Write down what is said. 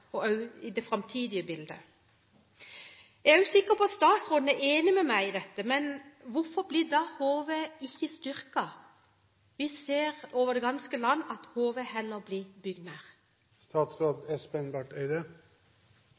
i det framtidige bildet. Jeg er også sikker på at statsråden er enig med meg i dette, men hvorfor blir da ikke HV styrket? Vi ser over det ganske land at HV heller blir bygd